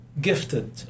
gifted